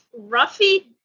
Ruffy